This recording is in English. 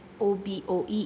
OBOE